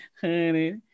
Honey